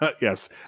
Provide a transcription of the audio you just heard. Yes